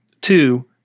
Two